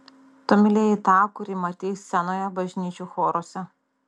tu mylėjai tą kurį matei scenoje bažnyčių choruose